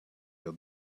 your